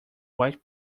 white